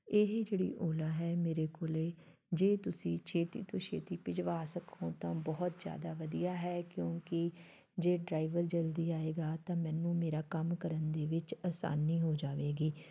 ਇਹ ਜਿਹੜੀ ਓਲਾ ਹੈ ਮੇਰੇ ਕੋਲ ਜੇ ਤੁਸੀਂ ਛੇਤੀ ਤੋਂ ਛੇਤੀ ਭਿਜਵਾ ਸਕੋ ਤਾਂ ਬਹੁਤ ਜ਼ਿਆਦਾ ਵਧੀਆ ਹੈ ਕਿਉਂਕਿ ਜੇ ਡਰਾਈਵਰ ਜਲਦੀ ਆਏਗਾ ਤਾਂ ਮੈਨੂੰ ਮੇਰਾ ਕੰਮ ਕਰਨ ਦੇ ਵਿੱਚ ਆਸਾਨੀ ਹੋ ਜਾਵੇਗੀ